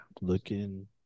Looking